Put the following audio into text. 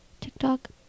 TikTok